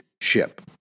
ship